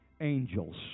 angels